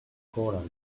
courage